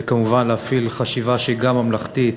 כמובן להפעיל חשיבה שהיא גם ממלכתית